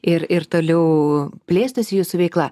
ir ir toliau plėstųsi jūsų veikla